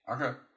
Okay